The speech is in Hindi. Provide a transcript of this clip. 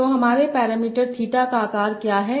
तो हमारे पैरामीटर थीटा का आकार क्या है